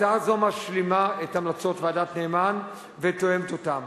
הצעה זו משלימה את המלצות ועדת-נאמן ותואמת אותן.